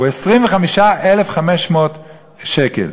היא 25,500 שקל.